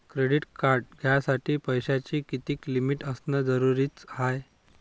Credit card घ्यासाठी पैशाची कितीक लिमिट असनं जरुरीच हाय?